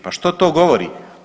Pa što to govori?